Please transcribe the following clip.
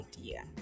idea